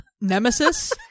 nemesis